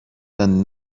than